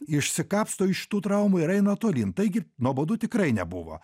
išsikapsto iš tų traumų ir eina tolyn taigi nuobodu tikrai nebuvo